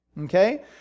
Okay